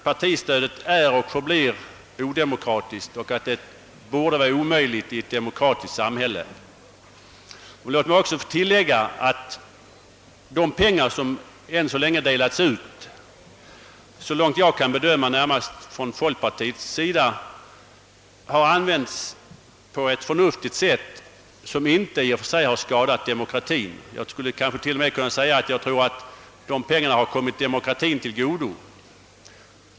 Partistödet är och förblir odemokratiskt, och det borde vara omöjligt att praktisera i ett demokratiskt samhälle. Jag vill emellertid tillägga att de pengar som hittills delats ut — så långt jag kan bedöma från folkpartiets synpunkt — har använts på ett förnuftigt sätt, som inte i och för sig har skadat demokratien. Jag skulle t.o.m. kunna säga att pengarna har kommit demokratien till godo.